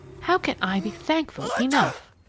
how can i be thankful enough!